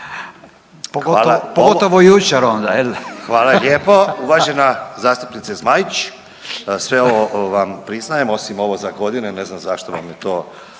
Goran (HDZ)** Hvala lijepo. Uvažena zastupnice Zmaić, sve ovo vam priznajem osim ovo za godine, ne znam zašto vam je to